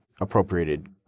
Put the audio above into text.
appropriated